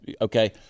okay